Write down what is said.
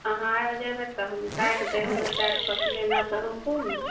आहाँ आबि जेबै तऽ हम काटि देब दू चारि पाॅंच मिनट रुकू ने